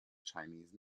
chinese